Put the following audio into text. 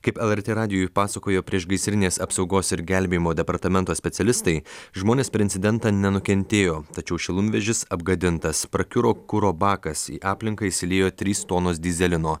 kaip lrt radijui pasakojo priešgaisrinės apsaugos ir gelbėjimo departamento specialistai žmonės per incidentą nenukentėjo tačiau šilumvežis apgadintas prakiuro kuro bakas į aplinką išsiliejo trys tonos dyzelino